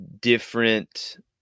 different